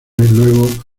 luego